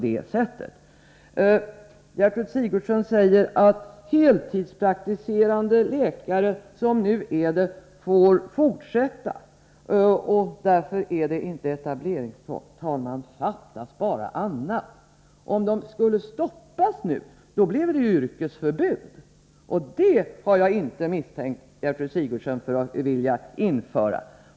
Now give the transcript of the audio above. Gertrud Sigurdsen säger att de som nu är heltidspraktiserande läkare får fortsätta och att det därför inte är någon etableringskontroll. Fattas bara annat än att de inte skulle få fortsätta! Om de skulle stoppas skulle det ju innebära ett yrkesförbud — och det har jag inte misstänkt Gertrud Sigurdsen för att vilja införa.